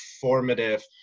formative